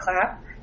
clap